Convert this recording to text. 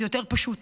זה יותר פשוט.